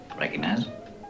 Recognize